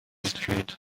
street